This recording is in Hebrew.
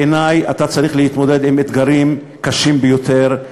בעיני אתה צריך להתמודד עם אתגרים קשים ביותר,